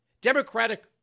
Democratic